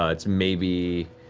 ah it's maybe